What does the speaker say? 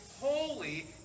holy